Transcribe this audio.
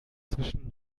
zwischen